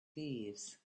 thieves